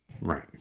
Right